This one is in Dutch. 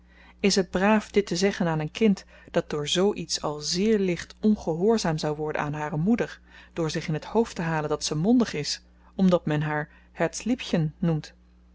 is het braaf dit te zeggen aan een kind dat door zoo iets al zeer ligt ongehoorzaam zou worden aan hare moeder door zich in het hoofd te halen dat ze mondig is omdat men haar herzliebchen noemt